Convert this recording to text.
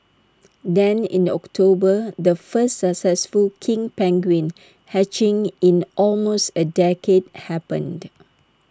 then in October the first successful king penguin hatching in almost A decade happened